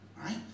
right